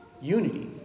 Unity